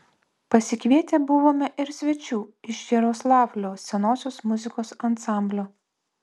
pasikvietę buvome ir svečių iš jaroslavlio senosios muzikos ansamblio